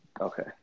Okay